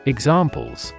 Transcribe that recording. Examples